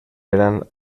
eran